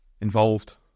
involved